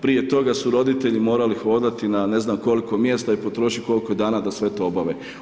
Prije toga su roditelji morali hodati na, ne znam koliko mjesta i potrošiti koliko dana da sve to obave.